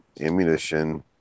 ammunition